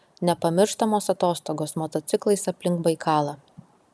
nepamirštamos atostogos motociklais aplink baikalą